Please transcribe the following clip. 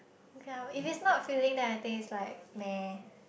okay ah if it's not filling then I think it's like meh